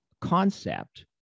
concept